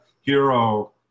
hero